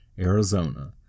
Arizona